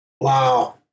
Wow